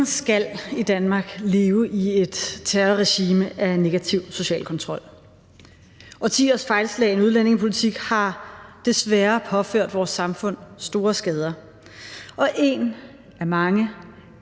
Ingen skal i Danmark leve i et terrorregime af negativ social kontrol. Årtiers fejlslagen udlændingepolitik har desværre påført vores samfund store skader. Og en af de mange